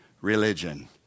religion